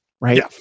Right